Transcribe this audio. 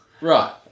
Right